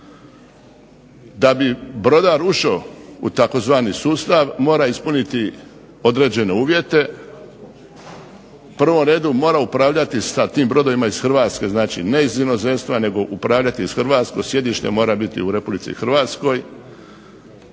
Da bi brodar ušao u tzv. sustav mora ispuniti određene uvjete. U prvom redu mora upravljati tim brodovima iz Hrvatske, dakle ne iz inozemstva nego upravljati u Hrvatskoj, sjedište mora biti u Republici Hrvatskoj,